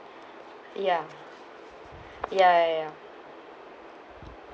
ya ya ya ya